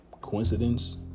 coincidence